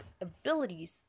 abilities